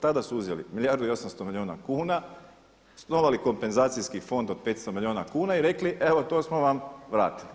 Tada su uzeli milijardu i 800 milijuna kuna, osnovali kompenzacijski fond od 500 milijuna kuna i rekli evo to smo vam vratili.